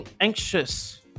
anxious